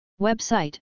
Website